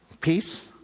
Peace